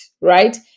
right